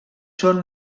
són